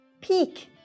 peak